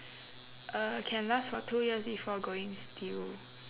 uh can last for two years before going stale